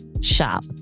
shop